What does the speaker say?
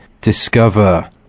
discover